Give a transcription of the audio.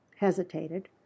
hesitated